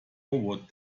what